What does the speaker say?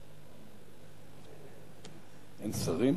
אין שרים?